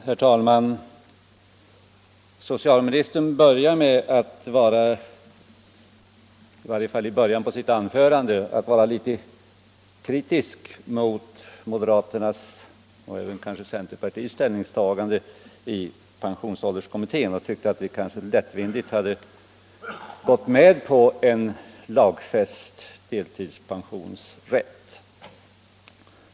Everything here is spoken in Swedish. Herr talman! Socialministern började sitt anförande med att vara litet kritisk mot moderaternas och kanske även centerpartisternas ställnings tagande i pensionsålderskommittén och tyckte att vi lättvindigt gått med på en lagfäst deltidspensionsrätt.